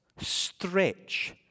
stretch